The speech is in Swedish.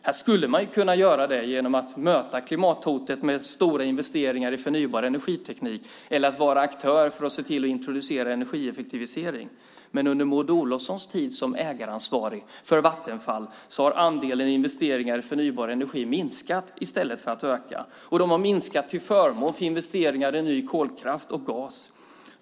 Här skulle man kunna göra det genom att möta klimathotet med stora investeringar i förnybar energiteknik eller genom att vara aktör för att se till att introducera energieffektivisering. Men under Maud Olofssons tid som ägaransvarig för Vattenfall har andelen investeringar i förnybar energi minskat i stället för att öka, och de har minskat till förmån för investeringar i ny kolkraft och gas.